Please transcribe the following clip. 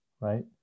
right